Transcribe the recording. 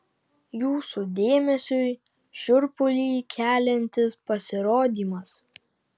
jūsų dėmesiui šiurpulį keliantis pasirodymas